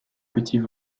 petits